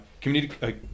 community